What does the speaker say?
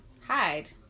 hide